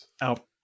out